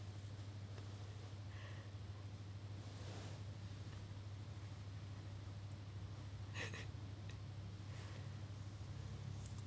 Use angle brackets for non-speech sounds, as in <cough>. <laughs>